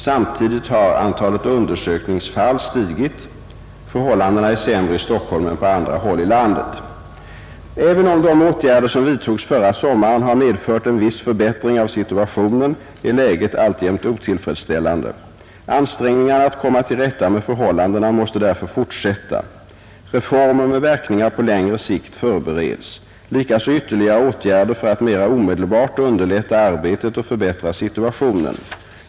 Samtidigt har antalet undersökningsfall stigit. Förhållandena är sämre i Stockholm än 159 på andra håll i landet. Även om de åtgärder som vidtogs förra sommaren har medfört en viss förbättring av situationen är läget alltjämt otillfredsställande. Ansträngningarna att komma till rätta med förhållandena måste därför fortsätta. Likaså behövs ytterligare åtgärder för att mera omedelbart underlätta arbetet och förbättra situationen.